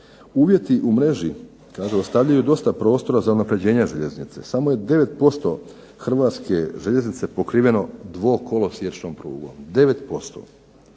Uvjeti u mreži ostavljaju dosta prostora za unapređenje željeznice, samo je 9% Hrvatske željeznice pokriveno dvokolosiječnom prugom, 9%.